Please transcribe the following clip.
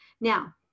Now